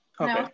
okay